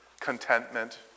Contentment